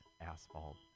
asphalt